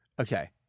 Okay